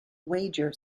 wager